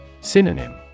Synonym